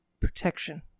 Protection